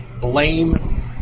Blame